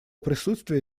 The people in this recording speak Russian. присутствие